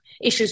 issues